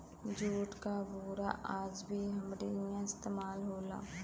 jute क बोरा आज भी हमरे इहां इस्तेमाल होला